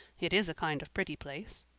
it is a kind of pretty place.